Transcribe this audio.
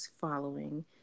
following